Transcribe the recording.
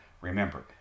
Remember